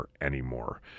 anymore